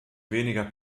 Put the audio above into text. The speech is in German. weniger